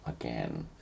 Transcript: again